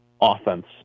offense